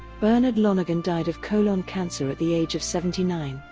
bernard lonergan died of colon cancer at the age of seventy nine,